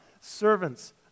servants